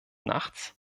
nachts